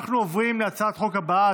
אנחנו עוברים להצעת החוק הבאה,